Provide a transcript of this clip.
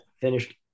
finished